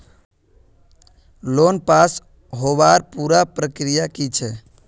Loan पास होबार पुरा प्रक्रिया की छे?